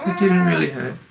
didn't really hurt.